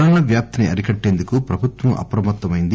corona వ్యాప్తిని అరికట్టేందుకు ప్రభుత్వం అప్రమత్తమైంది